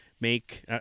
make